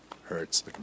hurts